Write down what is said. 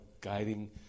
guiding